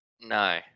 no